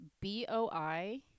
b-o-i